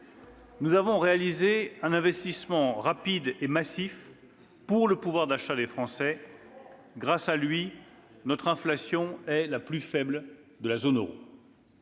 Nous avons réalisé un investissement rapide et massif pour garantir le pouvoir d'achat des Français. Grâce à lui, notre inflation est la plus faible de la zone euro.